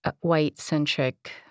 white-centric